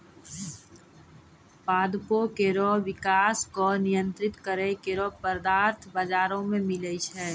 पादपों केरो विकास क नियंत्रित करै केरो पदार्थ बाजारो म मिलै छै